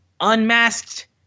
Unmasked